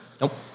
Nope